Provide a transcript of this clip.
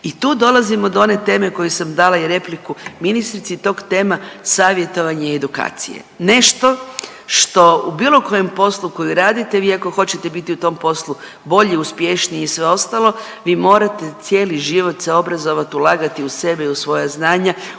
I tu dolazimo do one teme na koju sam dala i repliku ministrici, to je tema savjetovanje i edukacije. Nešto što u bilo kojem poslu koji radite vi ako hoćete biti u tom poslu bolji, uspješniji i sve ostalo vi morate cijeli život se obrazovati, ulagati u sebe i u svoja znanja,